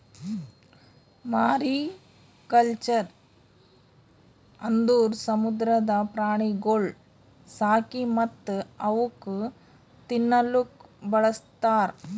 mariculture ಅಂದುರ್ ಸಮುದ್ರದ ಪ್ರಾಣಿಗೊಳ್ ಸಾಕಿ ಮತ್ತ್ ಅವುಕ್ ತಿನ್ನಲೂಕ್ ಬಳಸ್ತಾರ್